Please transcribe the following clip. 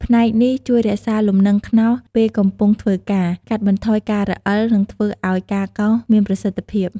ផ្នែកនេះជួយរក្សាលំនឹងខ្នោសពេលកំពុងធ្វើការ កាត់បន្ថយការរអិល និងធ្វើឱ្យការកោសមានប្រសិទ្ធភាព។